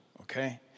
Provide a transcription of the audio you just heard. okay